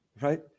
right